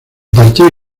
partir